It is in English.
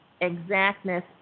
exactness